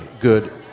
good